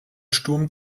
sturm